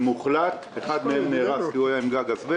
אנשי כיבוי האש.